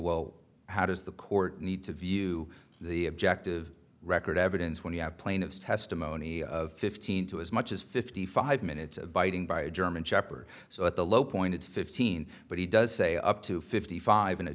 well how does the court need to view the objective record evidence when you have plaintiff's testimony of fifteen to as much as fifty five minutes abiding by a german shepherd so at the low point it's fifteen but he does say up to fifty five in a